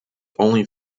only